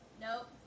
Nope